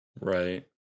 Right